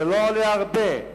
זה לא עולה הרבה,